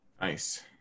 Nice